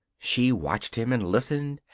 she watched him, and listened,